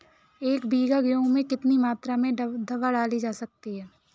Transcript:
एक बीघा गेहूँ में कितनी मात्रा में दवा डाली जा सकती है?